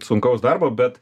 sunkaus darbo bet